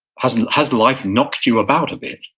has has life knocked you about a bit,